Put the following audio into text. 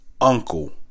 uncle